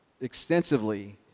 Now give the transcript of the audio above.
extensively